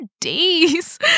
days